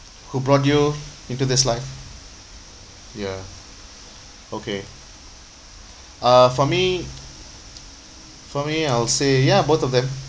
who brought you into this life ya okay uh for me for me I'll say ya both of them